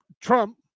Trump